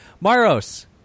Maros